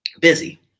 Busy